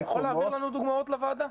אתה יכול להעביר דוגמאות לוועדה?